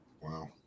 Wow